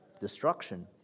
Destruction